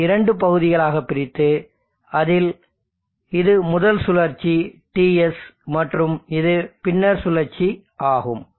இதை இரண்டு பகுதிகளாகப் பிரித்து அதில் இது முதல் சுழற்சி TS மற்றும் இது பின்னர் சுழற்சி ஆகும்